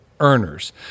Earners